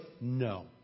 no